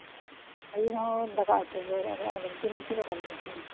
ᱟᱹᱭᱩᱵ ᱦᱚᱸ ᱫᱟᱠᱟ ᱩᱛᱩ ᱜᱮ ᱟᱨ ᱨᱩᱴᱤ ᱢᱩᱴᱤ ᱫᱚ ᱵᱟᱞᱮ ᱨᱩᱴᱤᱭᱟ